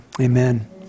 Amen